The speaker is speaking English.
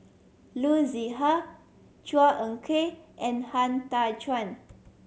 Loo Zihan Chua Ek Kay and Han Tan Chuan